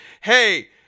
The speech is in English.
hey